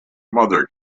mother